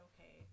okay